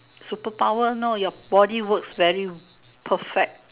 superpower no your body works very perfect